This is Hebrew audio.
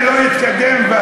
לא יתקדם.